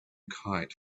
kite